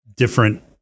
different